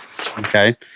Okay